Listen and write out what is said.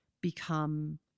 become